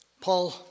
Paul